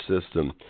system